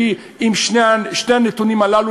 עם שני הנתונים הללו,